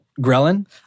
ghrelin